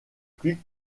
plus